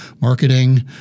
marketing